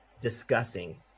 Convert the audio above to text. discussing